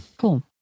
Cool